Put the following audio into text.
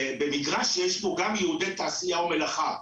במגרש שיש בו גם ייעודי תעשייה ומלאכה.